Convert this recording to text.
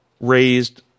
raised